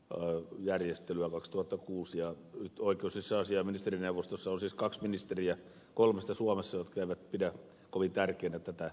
nyt oikeus ja sisäasiainministerineuvostossa on siis kaksi ministeriä kolmesta suomessa jotka eivät pidä kovin tärkeänä tätä panostusta